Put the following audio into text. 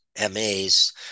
MAs